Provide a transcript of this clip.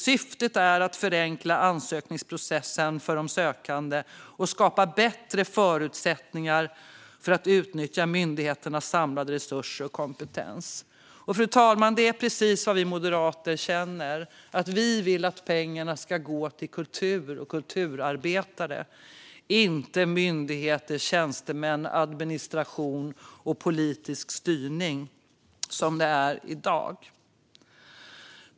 Syftet är att förenkla ansökningsprocessen för de sökande och skapa bättre förutsättningar för att utnyttja myndigheternas samlade resurser och kompetens." Och, fru talman, detta är precis vad vi moderater känner. Vi vill att pengarna ska gå till kultur och kulturarbetare och inte, som i dag, till myndigheter, tjänstemän, administration och politisk styrning.